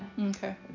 Okay